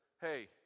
hey